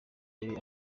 yari